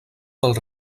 del